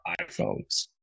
iPhones